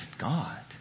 God